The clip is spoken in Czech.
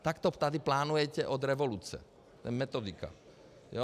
Tak to tady plánujete od revoluce, to je metodika.